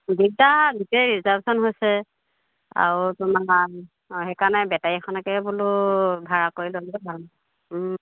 দিগদাৰ গোটেই ৰিজাৰ্ভেশ্য়ন হৈছে আৰু তোমাৰ সেইকাৰণে বেটাৰী এখনকে বোলো ভাড়া কৰি